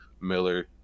Miller